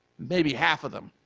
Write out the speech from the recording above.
maybe half of them.